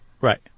Right